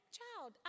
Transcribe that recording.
child